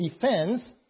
defense